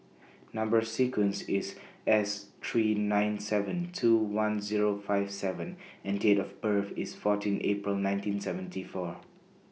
Number sequence IS S three nine seven two one Zero five seven and Date of birth IS fourteen April nineteen seventy four